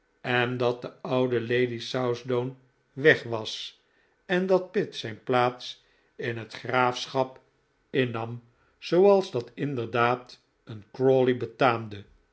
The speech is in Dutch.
en dat de oude lady southdown weg was en dat pitt zijn plaats in het graafschap innam zooals dat inderdaad een crawley beta'amde